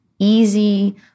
easy